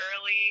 early